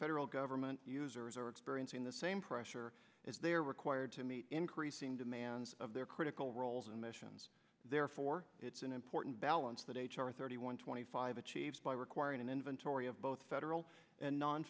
federal government users are experiencing the same pressure as they are required to meet increasing demands of their critical roles and missions therefore it's an important balance that h r thirty one twenty five achieved by requiring an inventory of both federal and non